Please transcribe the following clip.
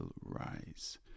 rise